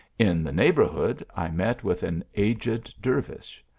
in the neighbourhood i met with an aged dervise,